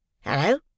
Hello